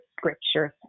scriptures